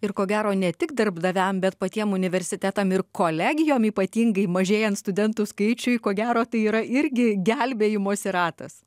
ir ko gero ne tik darbdaviam bet patiem universitetam ir kolegijom ypatingai mažėjant studentų skaičiui ko gero tai yra irgi gelbėjimosi ratas